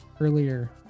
earlier